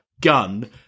gun